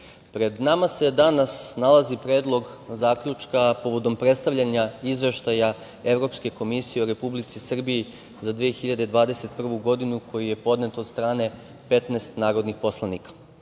pred nama se danas nalazi Predlog zaključka povodom predstavljanja Izveštaja Evropske komisije o Republici Srbiji za 2021. godinu, koji je podnet od strane 15 narodnih poslanika. Predloženi